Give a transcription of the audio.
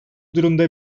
durumda